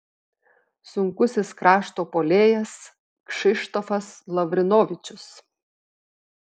sunkusis krašto puolėjas kšištofas lavrinovičius